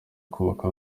kubaka